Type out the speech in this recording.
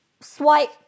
swipe